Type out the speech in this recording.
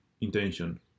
intention